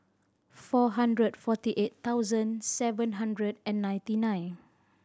four hundred forty eight thousand seven hundred and ninety nine